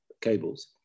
cables